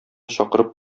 чакырып